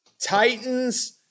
Titans